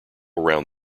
round